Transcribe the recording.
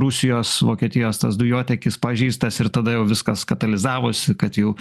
rusijos vokietijos tas dujotiekis pažeistas ir tada jau viskas katalizavosi kad jau